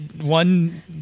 one